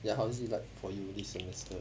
ya how's it like for you this semester